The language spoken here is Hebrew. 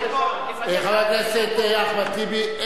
חבר הכנסת אחמד טיבי,